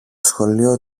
σχολείο